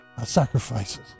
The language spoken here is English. sacrifices